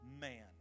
man